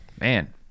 man